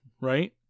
Right